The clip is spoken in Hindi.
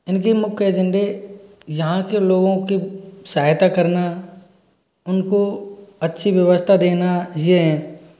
इनके मुख्य अजेंडे यहाँ के लोगों की सहायता करना उनको अच्छी व्यवस्था देना ये हैं